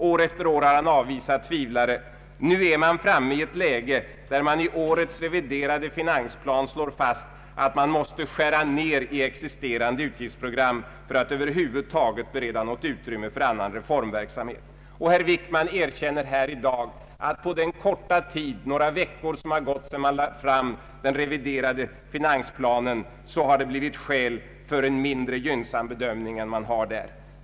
År efter år har han avvisat tvivlare. Nu är man framme i det läget, att man i årets reviderade finansplan slår fast att man måste skära ner i existerande utgiftsprogram för att över huvud taget bereda något utrymme för annan reformverksamhet. Och herr Wickman erkänner här i dag att på den korta tid — några veckor — som har gått sedan man lade fram den reviderade finansplanen har det uppstått skäl för en mindre gynnsam bedömning än man har i finansplanen.